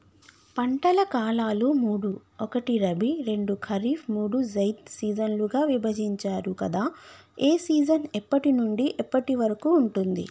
పంటల కాలాలు మూడు ఒకటి రబీ రెండు ఖరీఫ్ మూడు జైద్ సీజన్లుగా విభజించారు కదా ఏ సీజన్ ఎప్పటి నుండి ఎప్పటి వరకు ఉంటుంది?